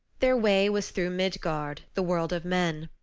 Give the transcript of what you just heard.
their way was through midgard, the world of men.